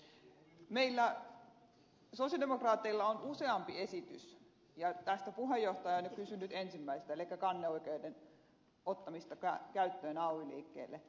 meillä sosialidemokraateilla on useampi esitys ja tästä puheenjohtaja on jo kysynyt ensimmäisestä elikkä kanneoikeuden ottamisesta käyttöön ay liikkeille